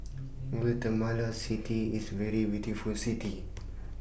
Guatemala City IS A very beautiful City